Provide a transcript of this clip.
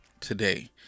today